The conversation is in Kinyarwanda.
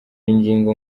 ingingo